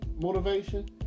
motivation